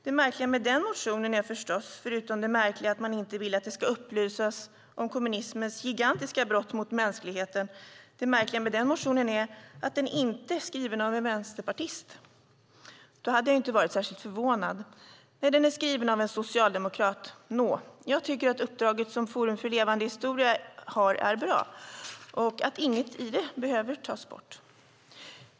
Det märkliga med den motionen är förstås, förutom det märkliga att man inte vill att det ska upplysas om kommunismens gigantiska brott mot mänskligheten, att den inte är skriven av en vänsterpartist. Då hade jag inte varit särskilt förvånad. Nej, den är skriven av en socialdemokrat. Nå. Jag tycker att uppdraget som Forum för levande historia har är bra och att inget i det behöver tas bort.